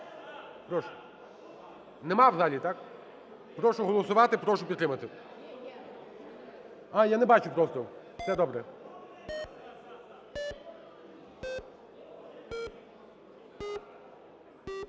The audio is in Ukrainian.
прошу. Нема в залі? Прошу голосувати. Прошу підтримати. А, я не бачив просто. Все добре.